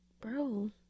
bro